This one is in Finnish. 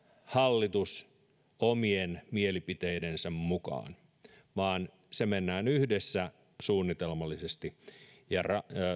hallitus omien mielipiteidensä mukaan mennään yhdessä suunnitelmallisesti ja